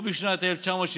ובשנת 1973